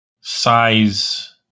size